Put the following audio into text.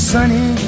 Sunny